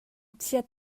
chiat